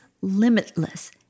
limitless